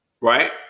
Right